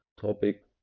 topic